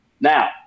Now